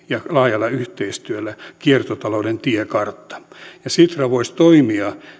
ja laajalla yhteistyöllä tämmöinen laajempi kiertotalouden tiekartta sitra voisi toimia